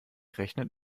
rechnet